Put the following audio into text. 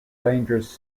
rangers